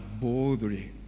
boldly